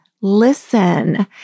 Listen